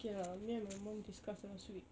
okay lah me and my mum discussed last week